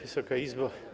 Wysoka Izbo!